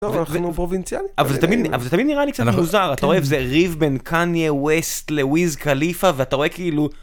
טוב, ואכן הוא פרובינציאלי... אבל זה ת... אבל זה תמיד נראה לי קצת מוזר, אתה רואה איזה ריב בן קניה ווסט לוויז קליפה ואתה רואה כאילו...